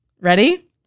Ready